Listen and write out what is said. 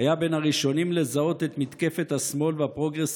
היה בין הראשונים לזהות את מתקפת השמאל והפרוגרס